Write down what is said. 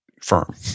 firm